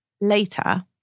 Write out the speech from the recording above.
later